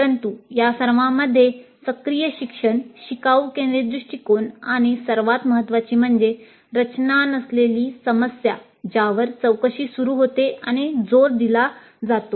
परंतु या सर्वांमध्ये सक्रिय शिक्षण शिकाऊ केंद्रीत दृष्टिकोन आणि सर्वात महत्वाची म्हणजे रचना नसलेली समस्या ज्यावर चौकशी सुरू होते यावर जोर दिला जातो